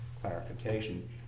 clarification